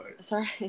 Sorry